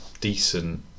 decent